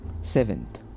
seventh